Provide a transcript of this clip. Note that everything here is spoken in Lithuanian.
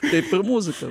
taip ir muzika